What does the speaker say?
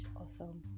awesome